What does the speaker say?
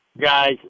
Guys –